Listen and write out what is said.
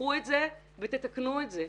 קחו את זה ותתקנו את זה.